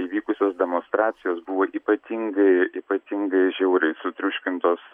įvykusios demonstracijos buvo ypatingai ypatingai žiauriai sutriuškintos